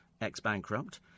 ex-bankrupt